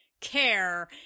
care